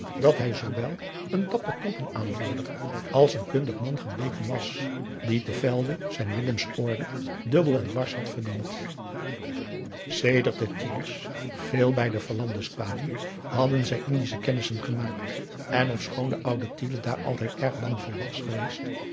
dat hij zoowel een dapper troepenaanvoerder als een kundig man gebleken was die te velde zijn willemsorde dubbel en dwars had verdiend sedert de tiele's veel bij de verlande's kwamen hadden zij indische kennissen gemaakt en ofschoon de oude tiele daar altijd erg bang voor was geweest